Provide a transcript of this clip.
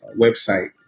website